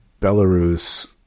Belarus